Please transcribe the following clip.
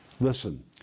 Listen